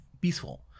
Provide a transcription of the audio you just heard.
peaceful